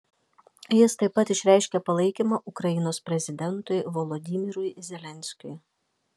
jis taip pat išreiškė palaikymą ukrainos prezidentui volodymyrui zelenskiui